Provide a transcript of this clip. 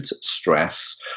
stress